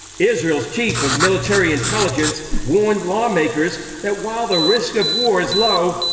israel's chief of military intelligence warned lawmakers that while the risk of war is low,